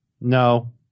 No